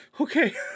okay